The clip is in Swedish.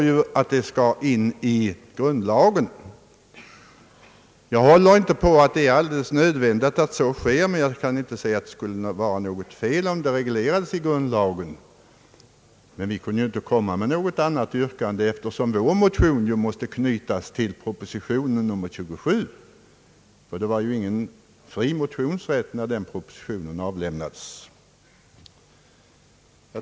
Jag håller inte på att det är alldeles nödvändigt att bestämmelserna tas in i grundlagen, men jag kan inte se att det skulle vara något fel om detta reglerades så. Men eftersom vår motion måste knytas till proposition nr 27 kunde vi inte ställa något annat yrkande; det var ju ingen fri motionsrätt när den propositionen avlämnades.